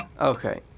Okay